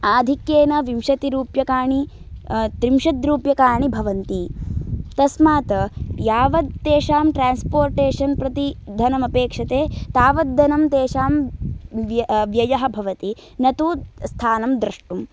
आधिक्येन विशंतिरूप्यकाणि त्रिंशद्रूप्यकाणि भवन्ति तस्मात् यावत् तेषां ट्रान्स्पोटेशन् प्रति धनम् अपेक्षते तावद्धनं तेषाम् व्ययः भवति न तु स्थानं द्रष्टुम्